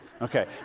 Okay